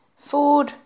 food